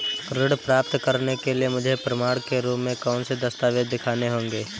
ऋण प्राप्त करने के लिए मुझे प्रमाण के रूप में कौन से दस्तावेज़ दिखाने होंगे?